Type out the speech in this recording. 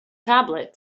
tablet